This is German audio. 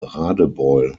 radebeul